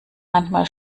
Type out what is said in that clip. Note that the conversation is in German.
manchmal